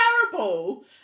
terrible